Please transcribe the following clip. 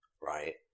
right